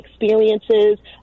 experiences